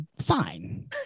fine